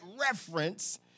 reference